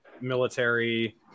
military